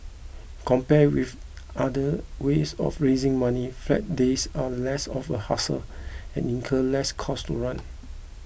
compared with other ways of raising money flag days are less of a hassle and incur less cost to run